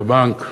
בבנק.